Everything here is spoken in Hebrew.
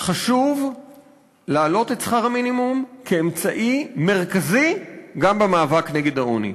חשוב להעלות את שכר המינימום כאמצעי מרכזי גם במאבק נגד העוני.